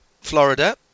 Florida